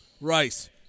Rice